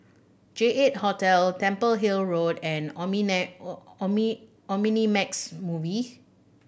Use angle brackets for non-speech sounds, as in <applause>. J Eight Hotel Temple Hill Road and <unintelligible> Omnimax Movie